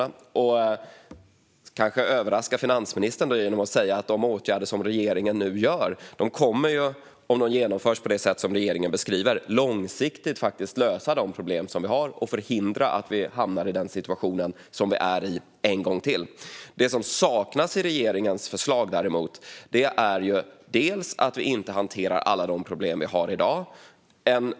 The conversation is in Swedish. Jag kan kanske överraska finansministern genom att säga att de åtgärder som regeringen nu gör, om de genomförs på det sätt som regeringen beskriver, långsiktigt kommer att lösa de problem vi har och förhindra att vi hamnar i vår nuvarande situation en gång till. Det regeringen inte gör i sitt förslag är att hantera alla de problem vi har i dag.